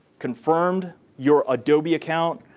confirmed your adobe account,